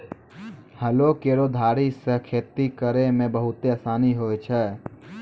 हलो केरो धारी सें खेती करै म बहुते आसानी होय छै?